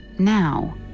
now